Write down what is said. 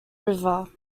river